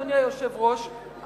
אדוני היושב-ראש,